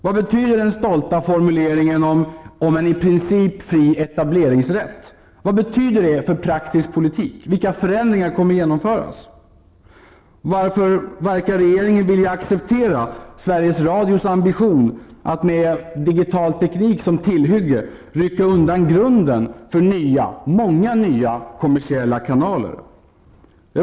Vad betyder den stolta formuleringen om en i princip fri etableringsrätt? Vad betyder det för den praktiska politiken? Vilka förändringar kommer att genomföras? Varför verkar regeringen vilja acceptera Sveriges radios ambition att med digital teknik som tillhygge rycka undan grunden för många nya kommersiella kanaler?